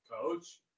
Coach